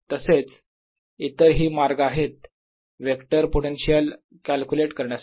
तसेच इतरही मार्ग आहेत वेक्टर पोटेन्शियल कॅल्क्युलेट करण्यासाठी